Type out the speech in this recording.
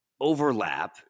overlap